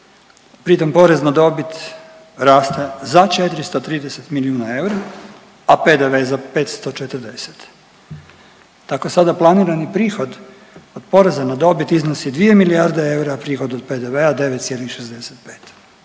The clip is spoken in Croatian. Pritom porez na dobit raste za 430 milijuna eura, a PDV za 540. Tako sada planirani prihod od poreza na dobit iznosi 2 milijarde eura, a prihod od PDV-a 9,65.